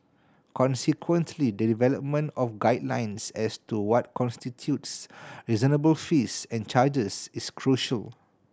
consequently the development of guidelines as to what constitutes reasonable fees and charges is crucial